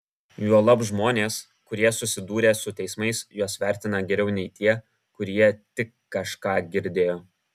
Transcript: juolab žmonės kurie susidūrė su teismais juos vertina geriau nei tie kurie tik kažką girdėjo